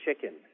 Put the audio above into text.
chicken